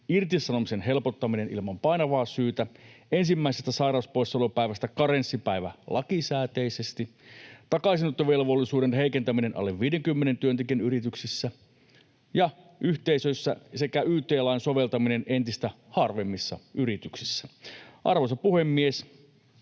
irtisanomisen helpottaminen ilman painavaa syytä, ensimmäisestä sairauspoissaolopäivästä karenssipäivä lakisääteisesti, takaisinottovelvollisuuden heikentäminen alle 50 työntekijän yrityksissä ja yhteisöissä sekä yt-lain soveltaminen entistä harvemmissa yrityksissä. Arvoisa puhemies!